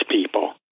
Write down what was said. people